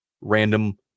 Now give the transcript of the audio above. random